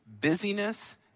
busyness